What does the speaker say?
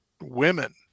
women